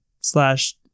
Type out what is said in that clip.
slash